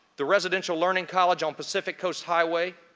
the residential learning college on pacific coast highway,